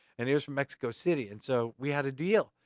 and he was from mexico city. and so, we had a deal.